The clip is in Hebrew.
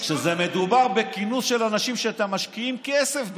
מדובר בכינוס של אנשים שאתם משקיעים כסף בזה,